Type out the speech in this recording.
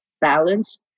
balance